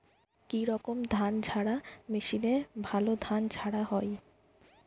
কি রকম ধানঝাড়া মেশিনে ভালো ধান ঝাড়া হয়?